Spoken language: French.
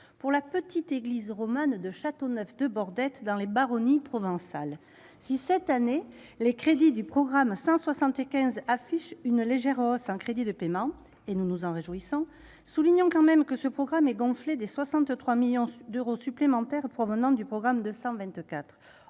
ou de la petite église romane de Châteauneuf-de-Bordette, dans les Baronnies provençales. Si cette année les crédits du programme 175 affichent une légère hausse en crédits de paiement- nous nous en réjouissons -, soulignons cependant que ce programme est « gonflé » de 63 millions d'euros supplémentaires provenant du programme 224.